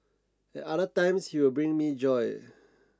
other times he will bring me joy